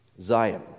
Zion